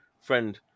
friend